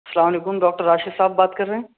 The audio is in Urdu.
سلام علیکم ڈاکٹر راشد صاحب بات کر رہے ہیں